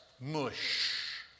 mush